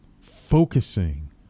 focusing